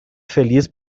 feliz